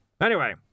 Anyway